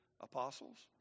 apostles